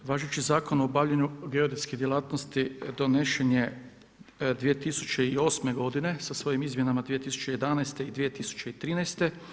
Važeći Zakon o obavljanju geodetske djelatnosti donesen je 2008. godine sa svojim izmjenama 2011. i 2013.